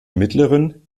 mittleren